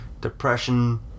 depression